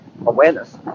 awareness